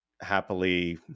happily